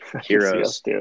Heroes